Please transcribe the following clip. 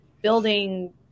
building